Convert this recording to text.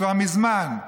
כבר מזמן,